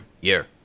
year